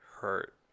hurt